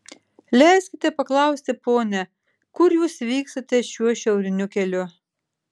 leiskite paklausti pone kur jūs vykstate šiuo šiauriniu keliu